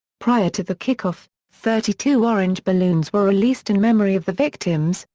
prior to the kickoff, thirty-two orange balloons were released in memory of the victims,